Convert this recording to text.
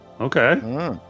Okay